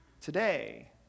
today